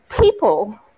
people